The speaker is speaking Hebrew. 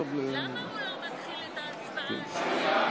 אינו נוכח ינון אזולאי,